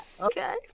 Okay